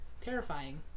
terrifying